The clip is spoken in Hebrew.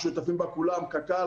שותפים בה כולם: קק"ל,